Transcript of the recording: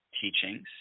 teachings